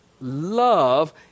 love